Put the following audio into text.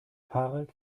harald